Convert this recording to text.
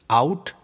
out